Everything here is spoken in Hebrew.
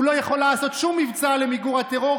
הוא לא יכול לעשות שום מבצע למיגור הטרור,